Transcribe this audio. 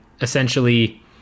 essentially